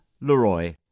Leroy